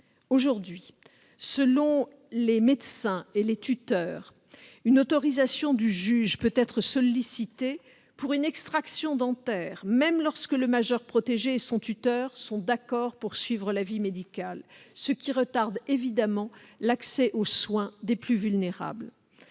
Aujourd'hui, selon les médecins et les tuteurs, une autorisation du juge peut être sollicitée pour une extraction dentaire, même lorsque le majeur protégé et son tuteur sont d'accord pour suivre l'avis médical, ce qui retarde évidemment l'accès aux soins des plus vulnérables.